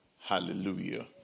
Hallelujah